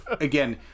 again